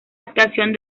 adaptación